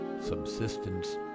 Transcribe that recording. subsistence